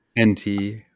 NT